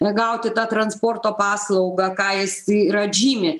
gauti tą transporto paslaugą ką jis ir atžymi